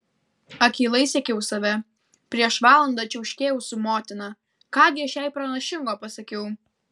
akylai sekiau save prieš valandą čiauškėjau su motina ką gi aš jai pranašingo pasakiau